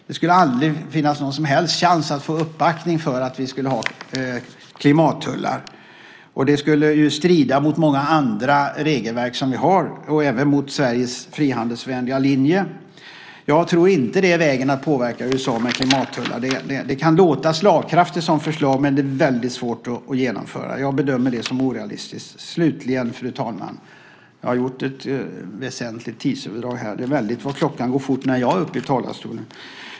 Det skulle aldrig finnas någon som helst chans att få uppbackning för klimattullar. Det skulle strida mot många andra regelverk, även mot Sveriges frihandelsvänliga linje. Jag tror inte att klimattullar är vägen att påverka USA. Det kan låta slagkraftigt som förslag, men det är svårt att genomföra. Jag bedömer det som orealistiskt. Fru talman! Jag har gjort ett väsentligt tidsöverdrag. Det är väldigt vad klockan går fort när jag är uppe i talarstolen!